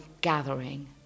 gathering